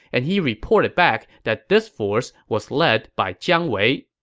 and he reported back that this force was led by jiang wei